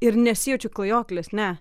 ir nesijaučiu klajoklis ne